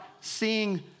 seeing